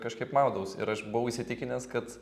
kažkaip maudaus ir aš buvau įsitikinęs kad